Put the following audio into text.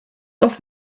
auf